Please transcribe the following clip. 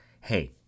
hey